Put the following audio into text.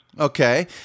Okay